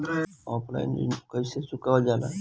Offline ऋण कइसे चुकवाल जाला?